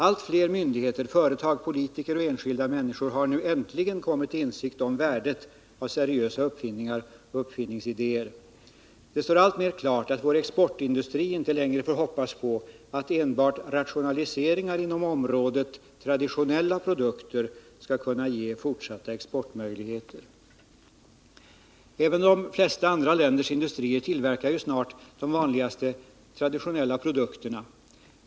Allt fler myndigheter, företag, politiker och enskilda människor har äntligen kommit till insikt om värdet av seriösa uppfinningar och idéer. Det står alltmer klart att vår exportindustri inte längre får hoppas på att enbart rationaliseringar inom området traditionella produkter skall kunna ge fortsatta exportmöjligheter. Även de flesta andra länders industrier tillverkar ju snart de vanligaste traditionella produkterna.